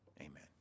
Amen